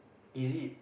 is it